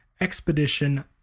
expedition